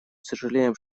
сожалеем